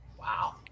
Wow